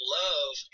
love